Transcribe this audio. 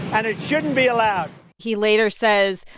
and it shouldn't be allowed he later says,